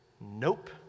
nope